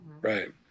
Right